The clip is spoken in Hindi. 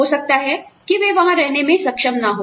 हो सकता है कि वे वहां रहने में सक्षम न हों